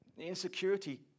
Insecurity